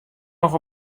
noch